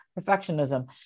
perfectionism